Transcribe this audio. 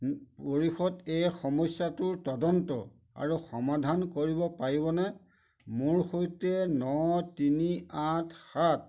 এই সমস্যাটোৰ তদন্ত আৰু সমাধান কৰিব পাৰিবনে মোৰ সৈতে ন তিনি আঠ সাত